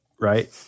right